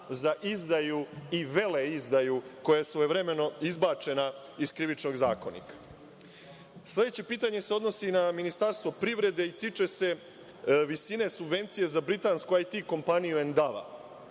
za izdaju i veleizdaju, koja je svojevremeno izbačena iz Krivičnog zakonika? Sledeće pitanje se odnosi na Ministarstvo privrede i tiče se visine subvencije za Britansku IT kompaniju „Endava“.